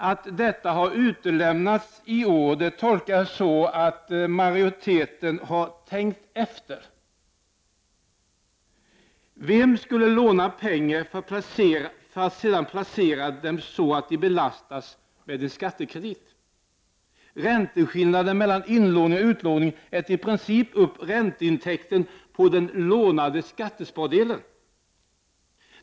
Att detta har utelämnats i år tolkar jag så, att majoriteten har tänkt efter. Vem skulle låna pengar för att sedan placera dem så, att de belastas med en skattekredit? Skillnaden mellan inlåningsräntan och utlåningsräntan äter i princip upp ränteintäkten på den ”lånade skattespardelen”.